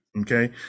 Okay